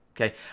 okay